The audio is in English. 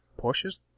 Porsches